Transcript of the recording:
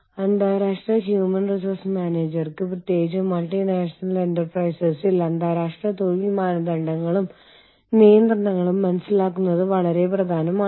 അതിനാൽ അന്താരാഷ്ട്ര മാനവ വിഭവശേഷി മാനേജുമെന്റ് എന്നത് പേര് സൂചിപ്പിക്കുന്നത് പോലെ ഒന്നിലധികം രാജ്യങ്ങളിലുള്ള സംഘടനകളിലെ മാനവവിഭവശേഷി മാനേജ്മെന്റിന്റെ മാനവ വിഭവശേഷി തത്വങ്ങളുടെ പ്രയോഗമാണ്